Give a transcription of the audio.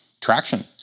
traction